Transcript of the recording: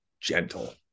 gentle